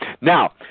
Now